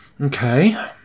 okay